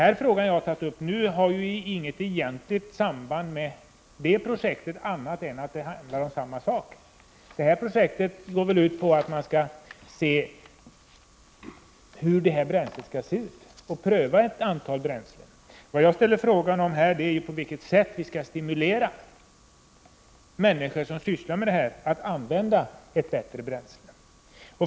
Den fråga som jag har tagit upp nu har dock inget egentligt samband med det projektet annat än att det handlar om samma sak. Detta projekt går väl ut på att ta reda på hur ett bränsle av den här typen skall vara beskaffat samt pröva ett antal bränslen. Min fråga gällde på vilket sätt vi kan stimulera människor som använder bränsle att i stället använda bättre bränslen.